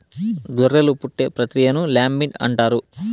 గొర్రెలు పుట్టే ప్రక్రియను ల్యాంబింగ్ అంటారు